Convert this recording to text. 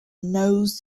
knows